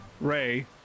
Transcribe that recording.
Ray